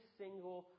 single